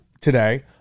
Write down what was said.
today